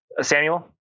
Samuel